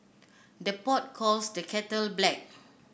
the pot calls the kettle black